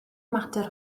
mater